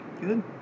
Good